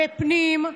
בפנים,